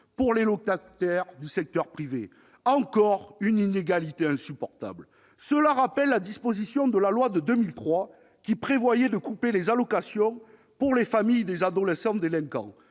pour les locataires du secteur privé ? Voilà encore une inégalité insupportable ! Cela rappelle la disposition législative de 2003 qui prévoyait de couper les allocations aux familles des adolescents délinquants.